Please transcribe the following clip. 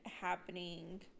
happening